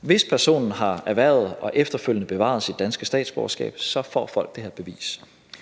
Hvis personen har erhvervet og efterfølgende bevaret sit danske statsborgerskab, får folk det her bevis.